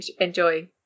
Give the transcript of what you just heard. enjoy